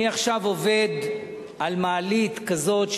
אני עכשיו עובד על מעלית כזאת.